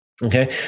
Okay